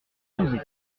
sauzet